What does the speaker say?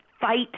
fight